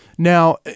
Now